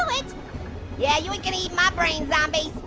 ah it yeah you ain't gonna eat my brains, zombies.